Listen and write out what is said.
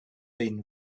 been